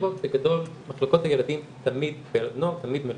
בגדול מחלקות הילדים והנוער תמיד מלאות.